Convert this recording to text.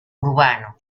urbano